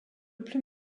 plus